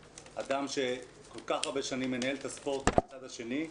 כאדם שכל כך הרבה שנים מנהל את הספורט בצד השני,